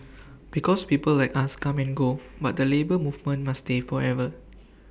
because people like us come and go but the Labour Movement must stay forever